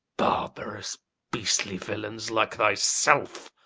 barbarous beastly villains like thyself!